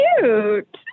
cute